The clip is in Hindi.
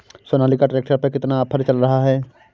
सोनालिका ट्रैक्टर में कितना ऑफर चल रहा है?